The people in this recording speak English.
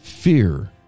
Fear